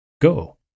go